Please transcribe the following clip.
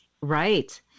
Right